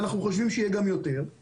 אנחנו חושבים שיהיה גם יותר,